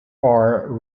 are